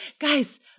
Guys